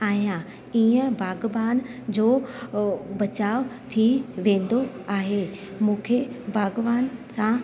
आहियां ईअं बागबान जो अ बचाव थी वेंदो आहे मूंखे बागबान सां